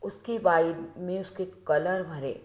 उसके बाद में उसके कलर भरे